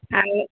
আরে